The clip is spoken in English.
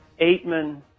Aitman